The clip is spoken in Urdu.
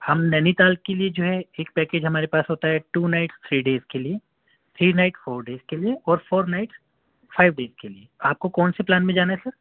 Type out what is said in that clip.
ہم نینی تال کے لیے جو ہے ایک پیکج ہمارے پاس ہوتا ہے ٹو نائٹ تھری ڈیز کے لیے تھری نائٹ فور ڈیز کے لیے اور فور نائٹ فائیو ڈیز کے لیے آپ کو کون سے پلان میں جانا ہے سر